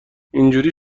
اینجوری